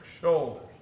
shoulders